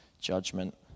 judgment